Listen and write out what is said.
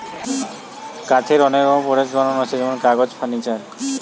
কাঠের অনেক রকমের প্রোডাক্টস বানানা হচ্ছে যেমন কাগজ, ফার্নিচার ইত্যাদি